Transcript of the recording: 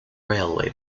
railway